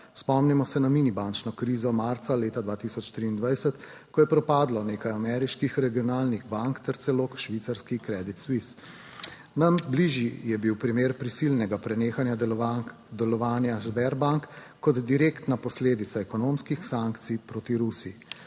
Spomnimo se na mini bančno krizo marca leta 2023, ko je propadlo nekaj ameriških regionalnih bank ter celo švicarski Credit Suisse. Nam bližji je bil primer prisilnega prenehanja delovanja Sberbank, kot direktna posledica ekonomskih sankcij proti Rusiji.